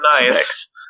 nice